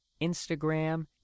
Instagram